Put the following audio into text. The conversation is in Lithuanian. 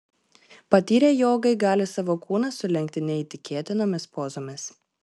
patyrę jogai gali savo kūną sulenkti neįtikėtinomis pozomis